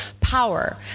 power